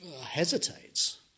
hesitates